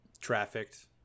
Trafficked